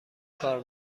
کار